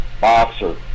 Boxer